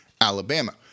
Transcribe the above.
Alabama